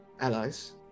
allies